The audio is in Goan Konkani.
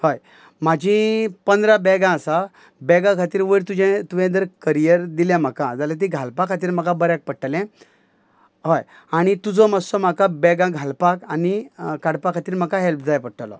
हय म्हाजी पंदरा बॅगां आसात बॅगा खातीर वयर तुजे तुवें जर करियर दिल्या म्हाका जाल्या ती घालपा खातीर म्हाका बऱ्याक पडटलें हय आनी तुजो मातसो म्हाका बॅगां घालपाक आनी काडपा खातीर म्हाका हेल्प जाय पडटलो